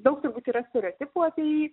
daug turbūt yra stereotipų apie jį